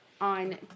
on